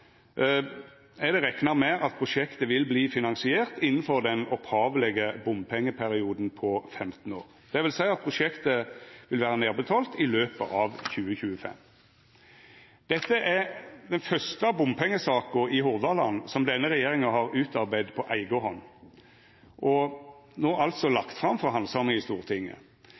er det rekna med at prosjektet vil verta finansiert innanfor den opphavlege bompengeperioden på 15 år, dvs. at prosjektet vil vera nedbetalt i løpet av 2025. Dette er den første bompengesaka i Hordaland som denne regjeringa har utarbeidd på eiga hand, og nå altså lagt fram for handsaming i Stortinget.